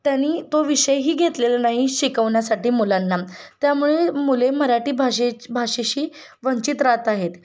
त्यांनी तो विषयही घेतलेला नाही शिकवण्यासाठी मुलांना त्यामुळे मुले मराठी भाषे भाषेशी वंचित राहत आहेत